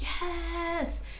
yes